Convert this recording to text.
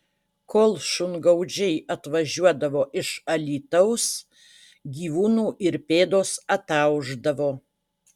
kol šungaudžiai atvažiuodavo iš alytaus gyvūnų ir pėdos ataušdavo